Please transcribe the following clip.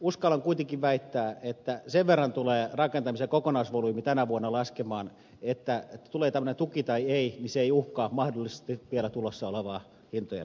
uskallan kuitenkin väittää että sen verran tulee rakentamisen kokonaisvolyymi tänä vuonna laskemaan että tulee tämmöinen tuki tai ei se ei uhkaa mahdollisesti vielä tulossa olevaa hintojen tippumista